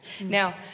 now